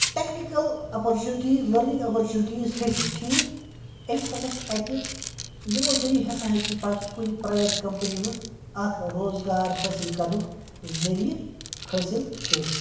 technical opportunities learning opportunities ہیٚچھِ ٹھیٖک أمِس ہَسا چھِ اَتہِ یِمو ذٔریعہِ ہَسا ہیٚکہِ یہِ پَتہٕ کُنہِ پرٛایویٹ کَمپٔنی منٛز اَکھ روزگار حٲصِل کَرنُک ذٔریعہٕ حٲصِل کٔرِتھ